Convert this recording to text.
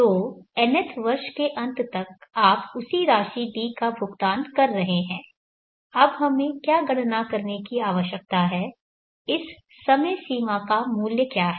तो nth वर्ष के अंत तक आप उसी राशि D का भुगतान कर रहे हैं अब हमें क्या गणना करने की आवश्यकता है इस समय सीमा का मूल्य क्या है